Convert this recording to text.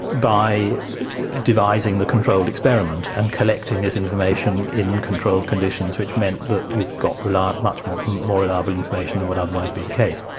by devising the controlled experiment, and collecting this information in controlled conditions, which meant that you've got much more more reliable information than would otherwise be the case.